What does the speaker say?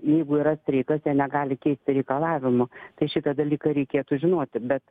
jeigu yra streikas jie negali keisti reikalavimo tai šitą dalyką reikėtų žinoti bet